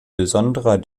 besonderer